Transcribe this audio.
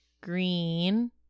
Green